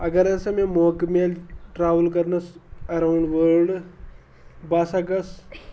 اگر ہَسا مےٚ موقعہٕ میلہِ ٹرٛیوٕل کرنَس ایٚراوُنٛڈ ؤرلٕڈ بہٕ ہَسا گَژھٕ